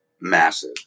massive